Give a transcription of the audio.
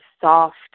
soft